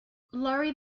laurie